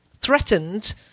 threatened